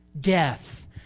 death